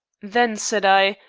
then, said i,